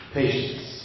patience